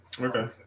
okay